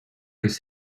his